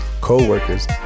co-workers